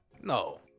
No